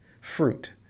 fruit